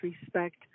respect